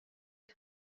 les